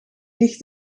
ligt